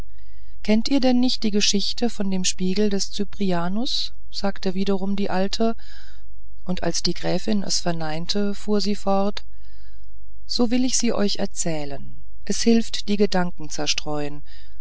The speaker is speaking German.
kennt ihr denn nicht die geschichte von dem spiegel des cyprianus sagte wiederum die alte und als die gräfin es verneinte fuhr sie fort so will ich sie euch erzählen es hilft die gedanken zerstreuen